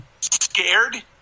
Scared